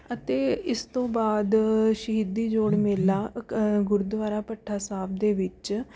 ਅਤੇ ਇਸ ਤੋਂ ਬਾਅਦ ਸ਼ਹੀਦੀ ਜੋੜ ਮੇਲਾ ਅ ਕ ਗੁਰਦੁਆਰਾ ਭੱਠਾ ਸਾਹਿਬ ਦੇ ਵਿੱਚ